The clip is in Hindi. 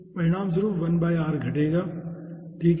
परिणामस्वरूप 1r घटेगा ठीक है